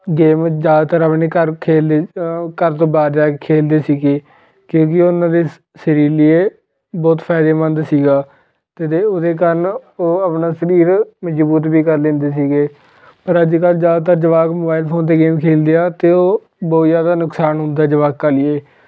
game ਜ਼ਿਆਦਾਤਰ ਆਪਣੇ ਘਰ ਖੇਲਦੇ ਘਰ ਤੋਂ ਬਾਹਰ ਜਾ ਕੇ ਖੇਲਦੇ ਸੀਗੇ ਕਿਉਂਕਿ ਉਹਨਾਂ ਦੇ ਸ ਸਰੀਰ ਲਈ ਇਹ ਬਹੁਤ ਫਾਇਦੇਮੰਦ ਸੀਗਾ ਅਤੇ ਦੇ ਉਹਦੇ ਕਾਰਨ ਉਹ ਆਪਣਾ ਸਰੀਰ ਮਜਬੂਤ ਵੀ ਕਰ ਲੈਂਦੇ ਸੀਗੇ ਪਰ ਅੱਜ ਕੱਲ੍ਹ ਜ਼ਿਆਦਾਤਰ ਜਵਾਕ ਮੋਬਾਈਲ ਫੋਨ 'ਤੇ ਗੇਮ ਖੇਲਦੇ ਆ ਅਤੇ ਉਹ ਬਹੁਤ ਜ਼ਿਆਦਾ ਨੁਕਸਾਨ ਹੁੰਦਾ ਜਵਾਕਾਂ ਲਈ ਏ